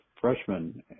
freshmen